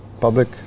public